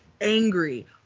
angry